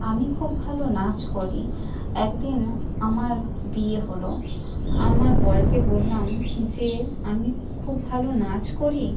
আমি খুব ভালো নাচ করি একদিন আমার বিয়ে হলো আমার বরকে বললাম যে আমি খুব ভালো নাচ করি